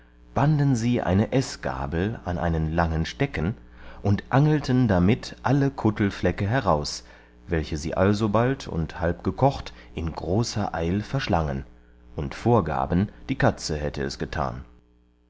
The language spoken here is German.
banden sie eine eßgabel an einen langen stecken und angelten damit alle kuttelflecke heraus welche sie alsobald und halb gekocht in großer eil verschlangen und vorgaben die katze hätte es getan